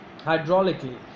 Hydraulically